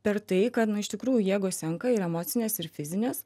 per tai kad nu iš tikrųjų jėgos senka ir emocinės ir fizinės